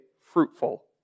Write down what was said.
fruitful